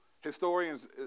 Historians